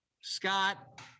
Scott